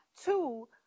Two